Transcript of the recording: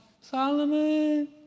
Solomon